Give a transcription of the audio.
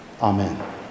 Amen